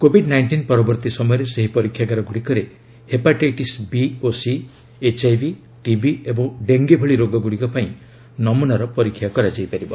Covid nineteen ପରବର୍ତ୍ତୀ ସମୟରେ ସେହି ପରୀକ୍ଷାଗାର ଗୁଡ଼ିକରେ ହେପାଟାଇଟିସ୍ 'ବି' ଓ 'ସି' ଏଚ୍ଆଇଭି ଟିବି ଓ ଡେଙ୍ଗି ଭଳି ରୋଗଗୁଡ଼ିକ ପାଇଁ ନମୁନା ପରୀକ୍ଷା କରାଯାଇ ପାରିବ